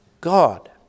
God